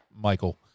michael